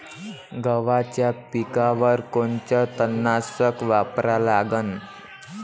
गव्हाच्या पिकावर कोनचं तननाशक वापरा लागन?